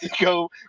go